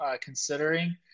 considering